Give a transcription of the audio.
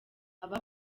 aba